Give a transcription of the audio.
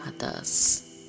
others